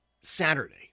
Saturday